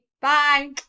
Bye